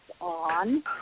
on